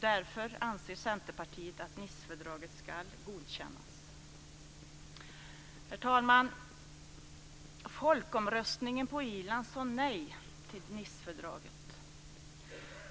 Därför anses Centerpartiet att Nicefördraget ska godkännas. Herr talman! I folkomröstningen på Irland sade man nej till Nicefördraget.